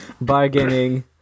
bargaining